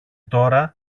τώρα